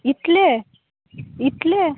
इतलें इतलें